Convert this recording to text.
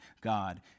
God